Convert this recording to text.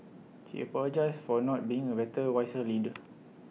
he apologised for not being A better wiser leader